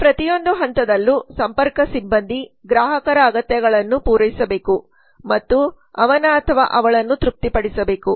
ಈ ಪ್ರತಿಯೊಂದು ಹಂತದಲ್ಲೂ ಸಂಪರ್ಕ ಸಿಬ್ಬಂದಿ ಗ್ರಾಹಕರ ಅಗತ್ಯಗಳನ್ನು ಪೂರೈಸಬೇಕು ಮತ್ತು ಅವನ ಅಥವಾ ಅವಳನ್ನು ತೃಪ್ತಿಪಡಿಸಬೇಕು